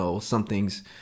something's